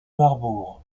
marbourg